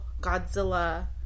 Godzilla